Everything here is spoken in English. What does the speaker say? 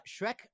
Shrek